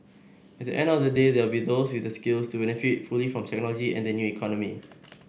at the end of the day there will be those with the skills to benefit fully from technology and the new economy